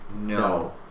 No